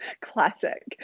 classic